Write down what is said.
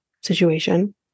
situation